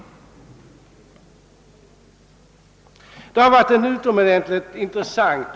Detta arbete har varit mycket intressant.